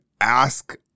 Ask